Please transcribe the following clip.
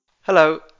Hello